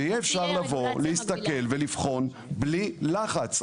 ויהיה אפשר לבוא, להסתכל, ולבחון, בלי לחץ.